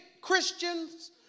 Christians